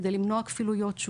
כדי למנוע כפילויות,